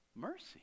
mercy